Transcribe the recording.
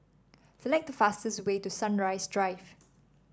select the fastest way to Sunrise Drive